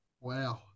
Wow